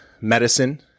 medicine